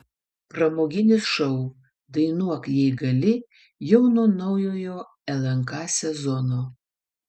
pramoginis šou dainuok jei gali jau nuo naujojo lnk sezono